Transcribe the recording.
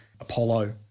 Apollo